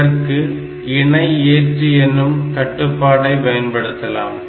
இதற்கு இணை ஏற்று எனும் கட்டுப்பாடை பயன்படுத்தலாம்